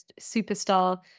superstar